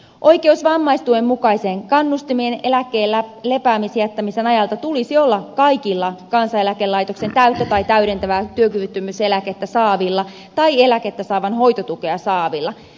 oikeus vammaistuen mukaiseen kannustimeen eläkkeen lepäämäänjättämisen ajalta tulisi olla kaikilla kansaneläkelaitoksen täyttä tai täydentävää työkyvyttömyyseläkettä saavilla tai eläkettä saavan hoitotukea saavilla